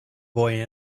boy